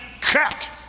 cut